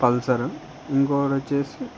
Pulsar ఇంకొకటి వచ్చేసి